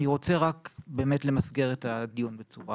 אני רוצה רק באמת למסגר את הדיון בצורה